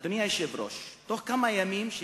אדוני היושב-ראש, בכמה ימים של